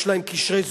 יש להם קשרי זוגיות,